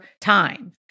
time